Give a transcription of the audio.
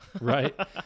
right